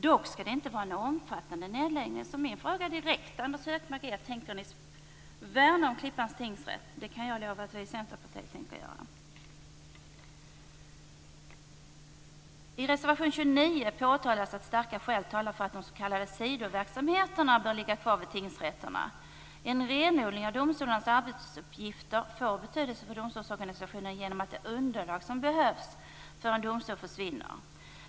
Det skall dock inte vara någon omfattande nedläggning. Min direkta fråga till Anders G Högmark blir alltså: Tänker Moderaterna värna om Klippans tingsrätt? Det kan jag lova att vi i Centerpartiet tänker göra. I reservation 29 påtalas att starka skäl talar för att de s.k. sidoverksamheterna bör ligga kvar vid tingsrätterna. En renodling av domstolarnas arbetsuppgifter får betydelse för domstolsorganisationen genom att det underlag som behövs för en domstol försvinner.